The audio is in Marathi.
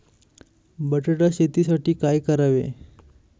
बटाटा शेतीसाठी काय करावे?